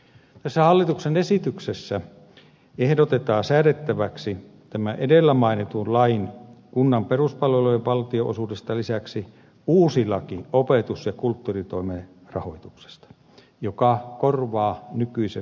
tässä hallituksen esityksessä ehdotetaan säädettäväksi tämän edellä mainitun lain kunnan peruspalvelujen valtionosuudesta lisäksi uusi laki opetus ja kulttuuritoimen rahoituksesta joka korvaa nykyisen rahoituslain